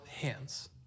hands